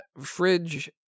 Fridge